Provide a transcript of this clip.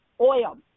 oil